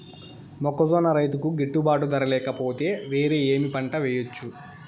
మొక్కజొన్న రైతుకు గిట్టుబాటు ధర లేక పోతే, వేరే ఏమి పంట వెయ్యొచ్చు?